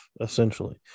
essentially